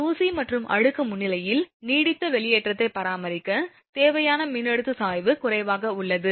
தூசி மற்றும் அழுக்கு முன்னிலையில் நீடித்த வெளியேற்றத்தை பராமரிக்க தேவையான மின்னழுத்த சாய்வு குறைவாக உள்ளது